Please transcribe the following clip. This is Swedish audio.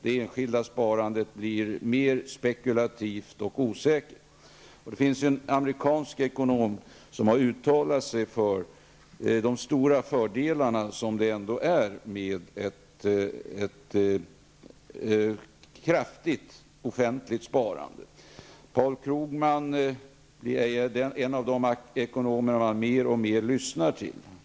Det enskilda sparandet blir mer spekulativt och osäkert. Det finns en amerikansk ekonom som har uttalat sig om de stora fördelar som det ändå innebär med ett kraftigt offentligt sparande. Paul Krugman är en av de ekonomer som man mer och mer lyssnar till.